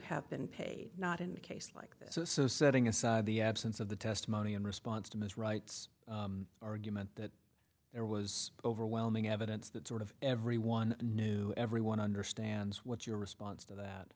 have been paid not in a case like this so setting aside the absence of the testimony in response to ms rights argument that there was overwhelming evidence that sort of everyone knew everyone understands what your response to